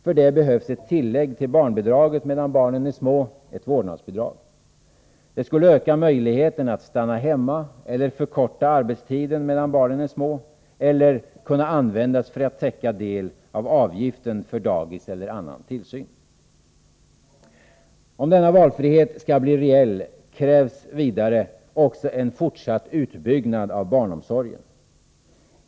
För detta behövs ett tillägg till barnbidraget medan barnen är små -— ett vårdnadsbidrag. Det skulle öka möjligheten att stanna hemma eller förkorta arbetstiden medan barnen är små eller kunna användas för att täcka del av avgiften för daghem eller annan tillsyn. o Om denna valfrihet skall bli reell, krävs också en fortsatt utbyggnad av barnomsorgen.